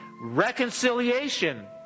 Reconciliation